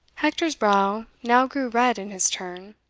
hector's brow now grew red in his turn.